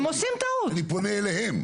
אני פונה אליהם,